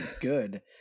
good